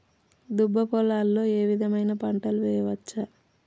దుబ్బ పొలాల్లో ఏ విధమైన పంటలు వేయచ్చా?